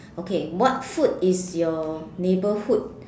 okay what food is your neighborhood